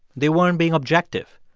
they weren't being objective.